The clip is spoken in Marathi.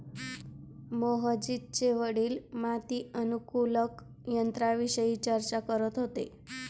मोहजितचे वडील माती अनुकूलक यंत्राविषयी चर्चा करत होते